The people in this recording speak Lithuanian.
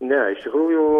ne iš tikrųjų